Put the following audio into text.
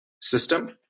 system